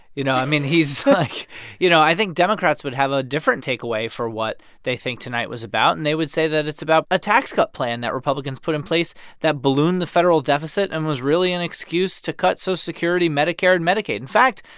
you know, i mean, he's like you know, i think democrats would have a different takeaway for what they think tonight was about. and they would say that it's about a tax-cut plan that republicans put in place that ballooned the federal deficit and was really an excuse to cut social so security, medicare and medicaid. in fact,